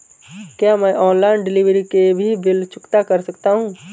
क्या मैं online delivery के भी बिल चुकता कर सकता हूँ?